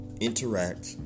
interact